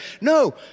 No